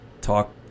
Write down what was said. talk